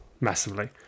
Massively